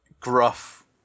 gruff